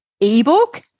ebook